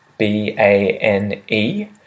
B-A-N-E